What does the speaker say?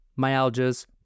myalgias